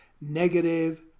negative